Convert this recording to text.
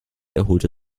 erholte